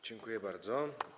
Dziękuję bardzo.